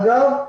אגב,